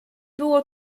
było